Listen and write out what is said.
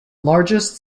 largest